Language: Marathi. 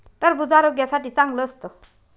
टरबूज आरोग्यासाठी चांगलं असतं